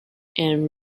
and